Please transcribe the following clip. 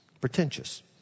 Pretentious